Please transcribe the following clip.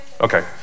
Okay